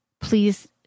please